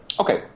Okay